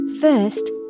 First